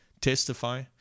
testify